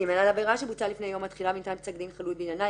" (ג)על עבירה שבוצעה לפני יום התחילה וניתן פסק דין חלוט בעניינה,